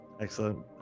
Excellent